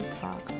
talk